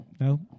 No